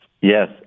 Yes